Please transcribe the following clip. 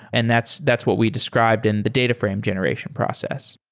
and that's that's what we described in the data frame generation process.